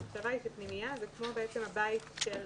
המחשבה היא שפנימייה היא בעצם כמו הבית של